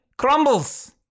Crumbles